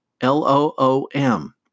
L-O-O-M